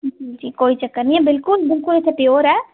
कोई चक्कर निं ऐ बिलकुल इत्थें प्योर ऐ